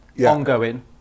ongoing